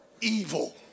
evil